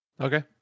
Okay